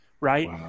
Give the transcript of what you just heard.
right